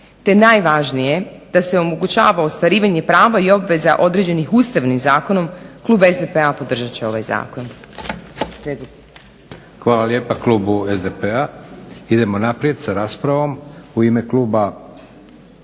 te najvažnije da se omogućava ostvarivanje prava i obveza određenih Ustavnim zakonom klub SDP-a podržat će ovaj zakon. **Leko, Josip (SDP)** Hvala lijepa klubu SDP-a. Idemo naprijed s raspravom. U ime kluba